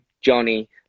Johnny